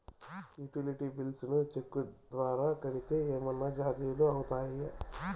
Utility bills ను cheque ద్వారా కట్టితే ఏమన్నా చార్జీలు అవుతాయా?